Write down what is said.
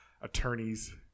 attorneys